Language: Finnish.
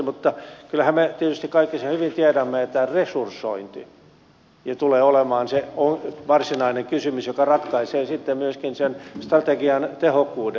mutta kyllähän me tietysti kaikki sen hyvin tiedämme että resursointi tulee olemaan se varsinainen kysymys joka ratkaisee sitten myöskin sen strategian tehokkuuden